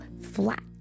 flat